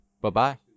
Bye-bye